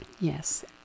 Yes